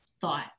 thought